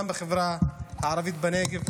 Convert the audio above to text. גם בחברה הערבית בנגב,